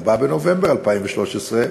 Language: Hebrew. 4 בנובמבר 2013,